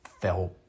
felt